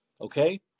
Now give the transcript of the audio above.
Okay